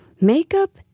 Makeup